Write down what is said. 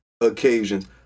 occasions